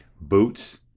Boots